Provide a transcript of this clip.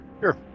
Sure